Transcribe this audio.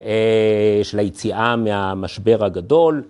של היציאה מהמשבר הגדול.